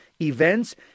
events